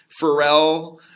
Pharrell